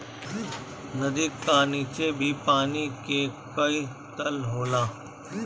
नदी का नीचे भी पानी के कई तह होला